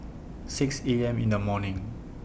six A M in The morning